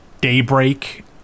Daybreak